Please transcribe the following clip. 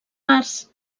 arts